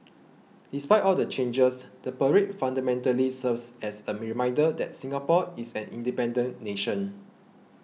despite all the changes the parade fundamentally serves as a reminder that Singapore is an independent nation